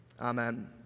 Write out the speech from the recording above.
amen